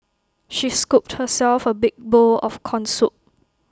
she scooped herself A big bowl of Corn Soup